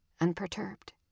unperturbed